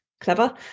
clever